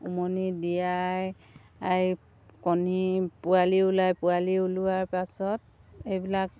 উমনি দিয়াই কণী পোৱালি ওলায় পোৱালি ওলোৱাৰ পাছত এইবিলাক